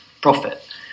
profit